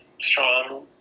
strong